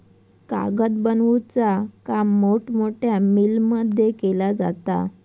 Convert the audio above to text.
कागद बनवुचा काम मोठमोठ्या मिलमध्ये केला जाता